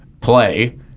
play